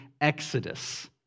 exodus